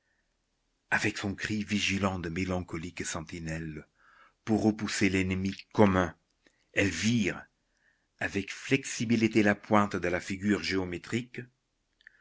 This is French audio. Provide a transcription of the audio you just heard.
avec son cri vigilant de mélancolique sentinelle pour repousser l'ennemi commun elle vire avec flexibilité la pointe de la figure géométrique